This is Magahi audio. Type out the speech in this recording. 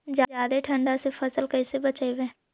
जादे ठंडा से फसल कैसे बचइबै?